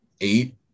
eight